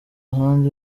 ahandi